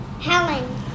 Helen